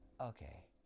Okay